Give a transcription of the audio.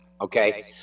okay